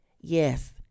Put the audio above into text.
Yes